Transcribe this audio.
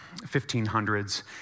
1500s